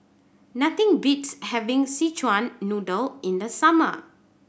nothing beats having Szechuan Noodle in the summer